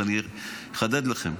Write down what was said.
אז אחדד לכם,